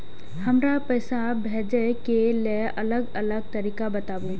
हमरा पैसा भेजै के लेल अलग अलग तरीका बताबु?